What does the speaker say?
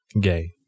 gay